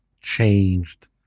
changed